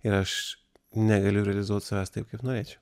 ir aš negaliu realizuot savęs taip kaip norėčiau